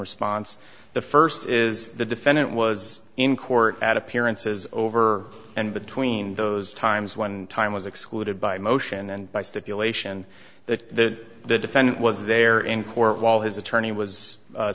response the first is the defendant was in court at appearances over and between those times when time was excluded by motion and by stipulation that the defendant was there in court while his attorney was